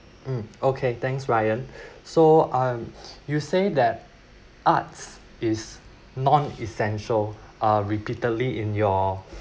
um okay thanks ryan so um you say that arts is non essential uh repeatedly in your